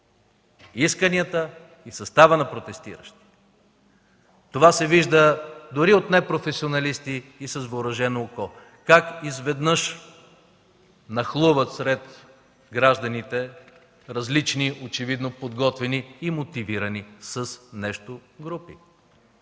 исканията и състава на протестиращите. Това се вижда дори от непрофесионалисти и с невъоръжено око как изведнъж нахлуват сред гражданите различни, очевидно подготвени и мотивирани с нещо групи.